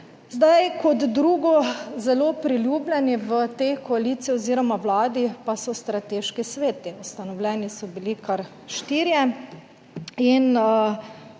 Zdaj, kot drugo, zelo priljubljeni v tej koaliciji oz. vladi pa so strateški sveti, ustanovljeni so bili kar štirje in